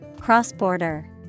cross-border